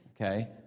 Okay